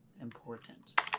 important